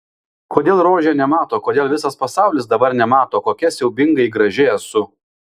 kodėl rožė nemato kodėl visas pasaulis dabar nemato kokia siaubingai graži esu